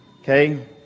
Okay